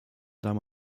damen